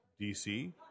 DC